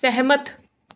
ਸਹਿਮਤ